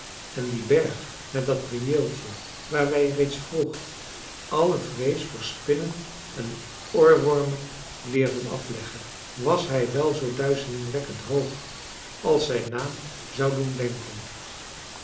en die berg met dat prieeltje waar wij reeds vroeg alle vrees voor spinnen en oorwormen leerden afleggen was hij wel zoo duizelingwekkend hoog als zijn naam zou doen denken